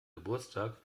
geburtstag